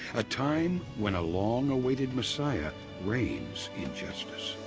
a time when a long-awaited messiah reigns in justice.